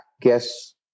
guess